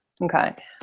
Okay